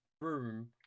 room